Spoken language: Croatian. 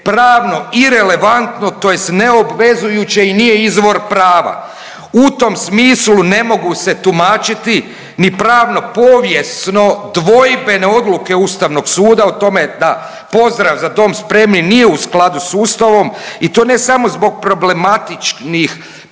pravno irelevantno tj. neobvezujuće i nije izvor prava. U tom smislu ne mogu se tumačiti ni pravno povijesno dvojbene odluke ustavnog suda o tome da pozdrav „Za dom spremni!“ nije u skladu s ustavom i to ne samo zbog problematičnih